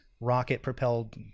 rocket-propelled